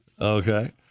Okay